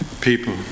people